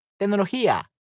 Tecnología